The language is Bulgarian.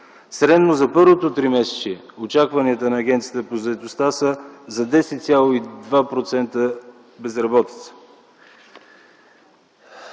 Средно за първото тримесечие очакванията на Агенцията по заетостта са за 10,2% безработица.